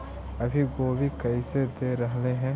अभी गोभी कैसे दे रहलई हे?